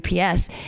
UPS